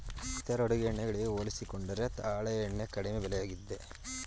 ಇತರ ಅಡುಗೆ ಎಣ್ಣೆ ಗಳಿಗೆ ಹೋಲಿಸಿಕೊಂಡರೆ ತಾಳೆ ಎಣ್ಣೆ ಕಡಿಮೆ ಬೆಲೆಯದ್ದಾಗಿದೆ